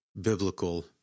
biblical